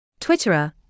Twitterer